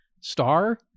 star